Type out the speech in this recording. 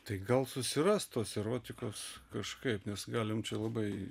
tai gal susiras tos erotikos kažkaip nes galim čia labai